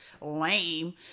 lame